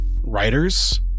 writers